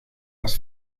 las